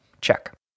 check